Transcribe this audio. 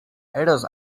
eros